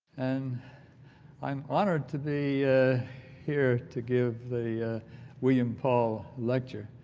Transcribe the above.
and i'm honored to be here to give the william paul lecture.